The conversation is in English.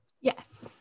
Yes